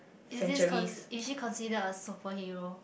is this con is she considered a superhero